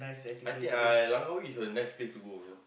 I think I Langkawi is a nice place to go alone